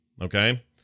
Okay